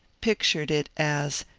pictured it as,